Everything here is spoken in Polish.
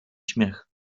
śmiech